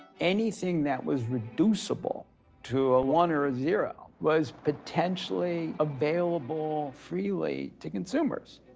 anything that was reducible to a one or a zero was potentially available freely to consumers.